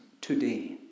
Today